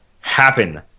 happen